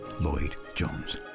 Lloyd-Jones